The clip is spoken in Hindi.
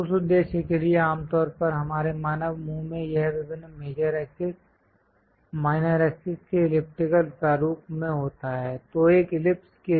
उस उद्देश्य के लिए आमतौर पर हमारे मानव मुंह में यह विभिन्न मेजर एक्सेस माइनर एक्सेस के इलिप्टिकल प्रारूप में होता है तो एक इलिप्स के लिए